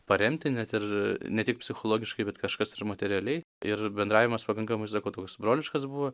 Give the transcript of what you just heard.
paremti net ir ne tik psichologiškai bet kažkas ir materialiai ir bendravimas pakankamai sakau toks broliškas buvo